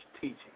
teaching